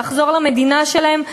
לחזור למדינה שלהם,